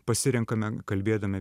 pasirenkame kalbėdami